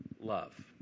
love